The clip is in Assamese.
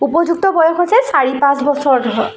উপযুক্ত বয়স হৈছে চাৰি পাঁচ বছৰ ধৰ